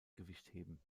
gewichtheben